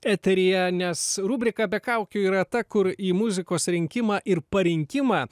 eteryje nes rubrika be kaukių yra ta kur į muzikos rinkimą ir parinkimą